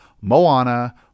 Moana